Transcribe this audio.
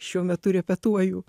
šiuo metu repetuoju